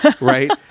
right